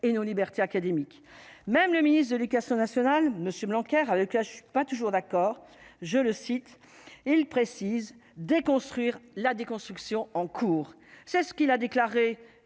et nos libertés académiques, même le ministre de l'Éducation nationale, monsieur bancaire avec je pas toujours d'accord, je le cite, il précise : déconstruire la déconstruction en cours, c'est ce qu'il a déclaré